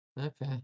Okay